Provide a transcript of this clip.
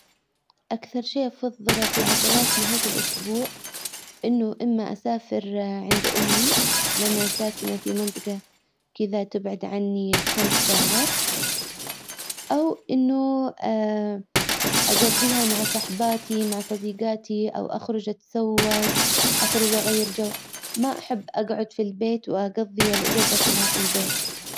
اكثر شيء افظله في عضلاتنا هذا الاسبوع انه اما اسافر عند امي لانها ساكنة في منطقة كدا تبعد عني خمس ساعات او انه اقضيها مع صحباتي مع صديجاتي او اخرج اتسوج اخرج اغير جو ما احب اقعد في البيت واقضي الاجازة كلها في البيت.